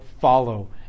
follow